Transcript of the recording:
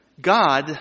God